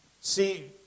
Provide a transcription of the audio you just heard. See